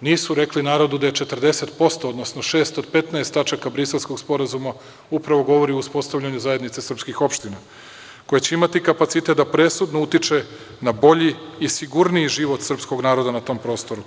nisu rekli narodu da 40%, odnosno šest od 15 tačaka Briselskog sporazuma, upravo govori o uspostavljanju zajednice srpskih opština, koja će imati kapacitet da presudno utiče na bolji i sigurniji život srpskog naroda na tom prostoru.